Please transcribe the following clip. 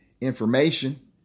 information